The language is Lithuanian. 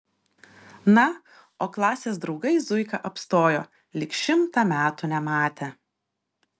na o klasės draugai zuiką apstojo lyg šimtą metų nematę